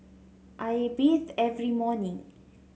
I bathe every morning